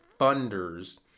funders